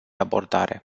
abordare